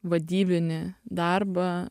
vadybinį darbą